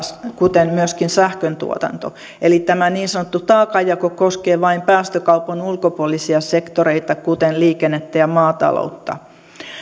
kuten myöskin sähköntuotanto eli tämä niin sanottu taakanjako koskee vain päästökaupan ulkopuolisia sektoreita kuten liikennettä ja maataloutta